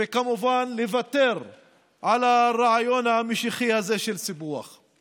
וכמובן לוותר על הרעיון המשיחי הזה של סיפוח.